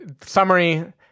Summary